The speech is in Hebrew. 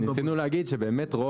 רצינו להגיד שבאמת,